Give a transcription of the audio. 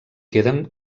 queden